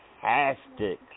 fantastic